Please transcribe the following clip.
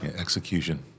Execution